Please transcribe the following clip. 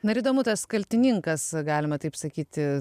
na ir įdomu tas kaltininkas galima taip sakyti